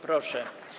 Proszę.